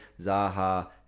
Zaha